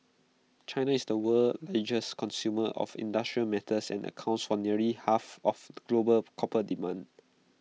China is the world's consumer of industrial metals and accounts for nearly half of global copper demand